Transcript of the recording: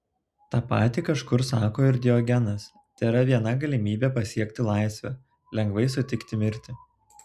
tą patį kažkur sako ir diogenas tėra viena galimybė pasiekti laisvę lengvai sutikti mirtį